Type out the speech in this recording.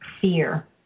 Fear